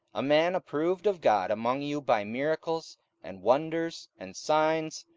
a man approved of god among you by miracles and wonders and signs,